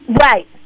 Right